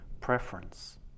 preference